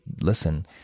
listen